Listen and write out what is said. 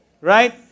Right